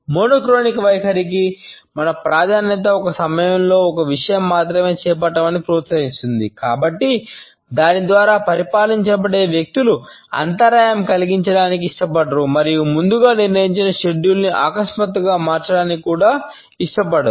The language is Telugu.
మోనోక్రోనిక్ అకస్మాత్తుగా మార్చడానికి కూడా ఇష్టపడరు